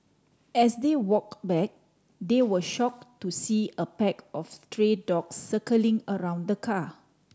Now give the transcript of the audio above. as they walk back they were shock to see a pack of stray dogs circling around the car